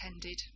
attended